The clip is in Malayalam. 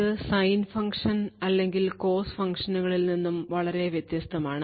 ഇത് sine function അല്ലെങ്കിൽ cos functionകളിൽ നിന്ന് ഇത് വളരെ വ്യത്യസ്തമാണ്